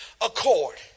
accord